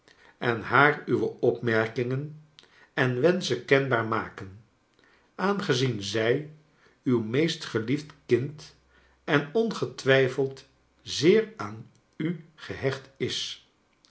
en haar uwe opmerkingen en wenschen kenbaar maken aangezien zij uw meestgeliefd kind en ongetwijfeld zeer aan u gehecht is